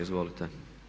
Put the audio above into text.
Izvolite.